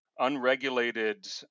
unregulated